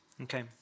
Okay